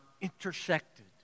intersected